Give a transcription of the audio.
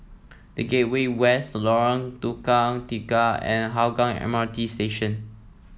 The Gateway West Lorong Tukang Tiga and Hougang M R T Station